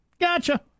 Gotcha